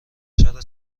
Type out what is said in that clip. چرا